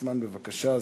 לא מבין בזה.